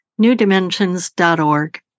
newdimensions.org